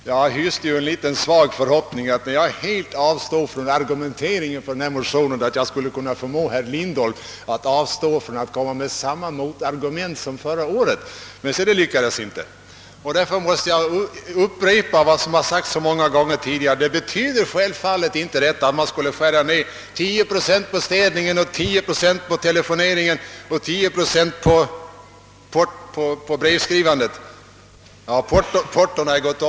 Herr talman! Jag hyste en svag förhoppning att jag, när jag helt avstod från argumentering för denna motion, skulle kunna förmå herr Lindholm att avstå från att anföra samma argument som förra året. Men se, det lyckades inte! Därför måste jag upprepa vad jag sagt så många gånger tidigare: förslaget betyder självfallet inte att man skulle skära ned städningen med 10 procent, telefoneringen med 10 procent och brevskrivandet med 10 procent.